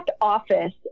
Office